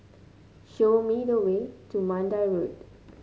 show me the way to Mandai Road